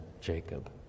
Jacob